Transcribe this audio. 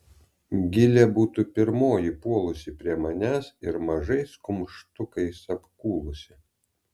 gilė būtų pirmoji puolusi prie manęs ir mažais kumštukais apkūlusi